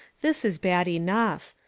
this is bad enough.